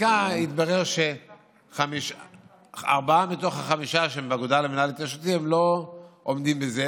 מהבדיקה התברר שארבעה מהחמישה שבאגודה לקידום החינוך לא עומדים בזה,